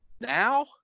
Now